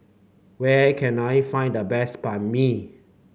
where can I find the best Banh Mi